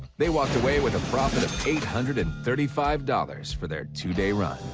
they walked away with a profit of eight hundred and thirty five dollars for their two-day run.